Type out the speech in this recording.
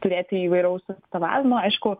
turėti įvairaus atstovavimo aišku